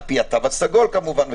לפי התו הסגול כמובן,